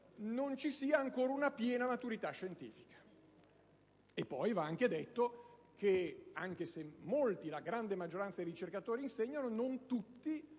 non ci sia ancora una piena maturità scientifica. Va anche aggiunto che, sebbene la grande maggioranza dei ricercatori insegnano, non tutti